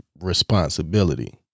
responsibility